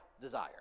desire